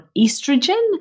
estrogen